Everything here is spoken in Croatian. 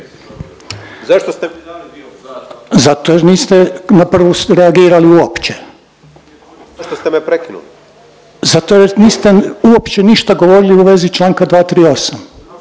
Željko (HDZ)** Zato jer niste na prvu reagirali uopće. …/Upadica Grmoja: Zašto ste me prekinuli?/… Zato jer niste uopće ništa govorili u vezi čl. 238..